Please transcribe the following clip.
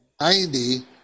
90